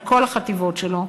על כל החטיבות שלו,